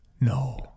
No